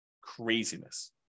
Craziness